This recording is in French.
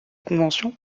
convention